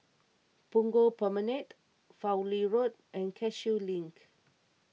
Punggol Promenade Fowlie Road and Cashew Link